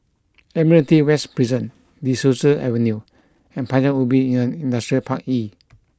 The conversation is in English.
Admiralty West Prison De Souza Avenue and Paya Ubi Industrial Park E